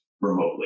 remotely